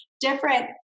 different